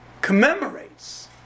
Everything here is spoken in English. commemorates